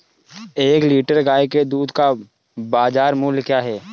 एक लीटर गाय के दूध का बाज़ार मूल्य क्या है?